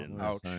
ouch